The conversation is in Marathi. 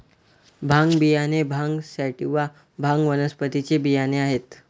भांग बियाणे भांग सॅटिवा, भांग वनस्पतीचे बियाणे आहेत